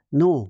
no